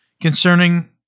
concerning